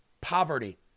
poverty